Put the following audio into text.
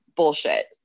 bullshit